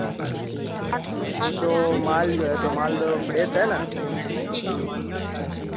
अच्छा वह तो माल जो है तो माल फ्रेश है ना